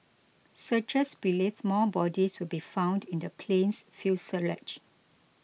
searchers believes more bodies will be found in the plane's fuselage